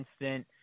instant